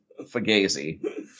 Fagazi